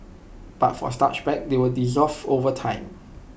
but for starch bags they will dissolve over time